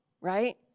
right